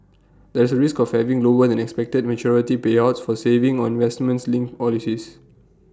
there is A risk of having lower than expected maturity payouts for savings or investment linked